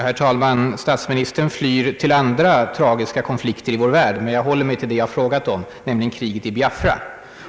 Herr talman! Statsministern flyr till andra tragiska konflikter i världen. Men jag håller mig till det jag frågat om, nämligen kriget i Biafra.